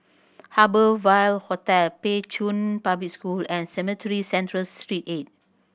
Harbour Ville Hotel Pei Chun Public School and Cemetry Central Street Eight